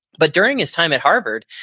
but during his time at harvard,